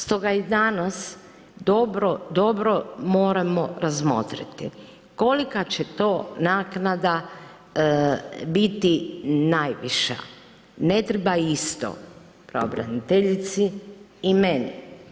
Stoga i danas dobro, dobro moramo razmotriti kolika će to naknada biti najviša, ne treba isto pravobraniteljici i meni.